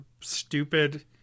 stupid